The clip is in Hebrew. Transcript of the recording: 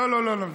לא, לא.